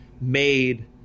made